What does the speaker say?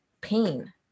pain